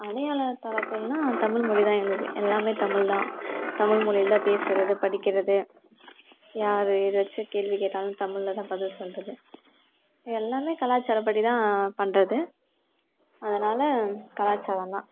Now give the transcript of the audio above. அடையாள தளத்தில்னால் தமிழ்மொழிதான் எங்களுக்கு எல்லாமே தமிழ்தான் தமிழ்மொழியில்தான் பேசுவது படிக்கிறது யார் ஏதாச்சும் கேள்வி கேட்டாலும் தமிழில்தான் பதில் சொல்வது இது எல்லாமே கலாச்சாரப்படிதான் பண்ணுறது அதனால கலாச்சாரோம்தான்